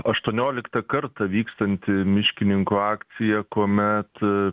aštuonioliktą kartą vykstanti miškininkų akcija kuomet